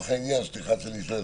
סליחה שאני שואל.